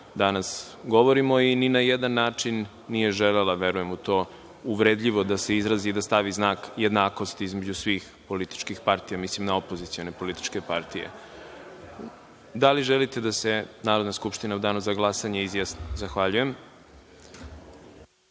danas govorimo i ni na jedan način nije želela, verujem u to, uvredljivo da se izrazi i da stavi znak jednakosti između svih političkih partija. Mislim na opozicione političke partije. Da li želite da se Narodna skupština u Danu za glasanje izjasni? (Ne.)Zahvaljujem. Reč